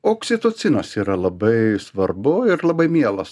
oksitocinas yra labai svarbu ir labai mielas